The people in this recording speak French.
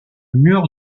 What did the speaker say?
mur